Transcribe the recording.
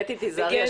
קטי, תיזהרי.